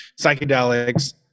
psychedelics